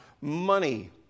money